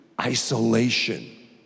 isolation